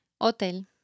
Hotel